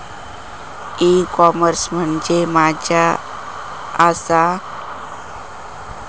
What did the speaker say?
E commerce म्हणजे मझ्या आसा?